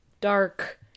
dark